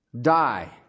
die